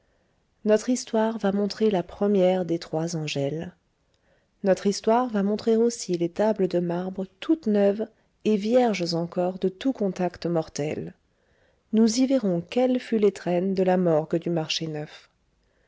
notre histoire va montrer la première des trois angèle notre histoire va montrer aussi les tables de marbre toutes neuves et vierges encore de tout contact mortel nous y verrons quelle fut l'étrenne de la morgue du marché neuf